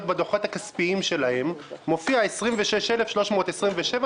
בדוחות הכספיים שלה מופיע 26,327 שקלים,